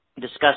discuss